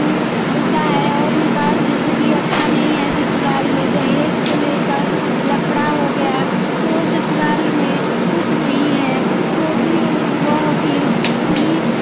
होता है और उनका जैसे कि अच्छा नहीं है ससुराल में दहेज को लेकर लफड़ा हो गया तो ससुराल में खुश नहीं है तो भी वह वकील पुलिस